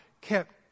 kept